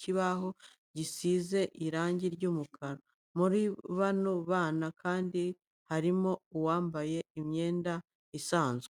kibaho gisize irangi ry'umukara. Muri bano bana kandi harimo uwambaye imyenda isanzwe.